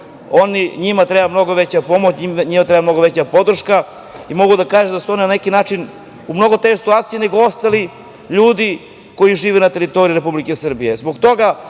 Njima treba mnogo veća pomoć, njima treba mnogo veća podrška i mogu da kažem da su one na neki način u mnogo težoj situaciji nego ostali ljudi koji žive na teritoriji Republike Srbije.